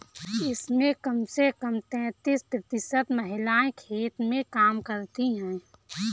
इसमें कम से कम तैंतीस प्रतिशत महिलाएं खेत में काम करती हैं